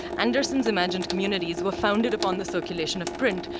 anderson's imagined communities were founded upon the circulation of print.